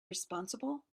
responsible